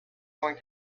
going